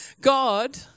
God